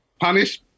punish